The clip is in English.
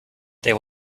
there